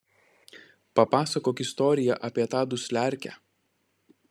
papasakok istoriją apie tą dusliarkę